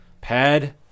Pad